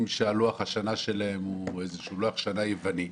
שלוח השנה שלהם הוא איזשהו לוח שנה יווני.